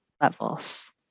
levels